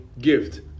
gift